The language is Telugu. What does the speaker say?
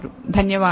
ధన్యవాదాలు